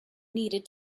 needed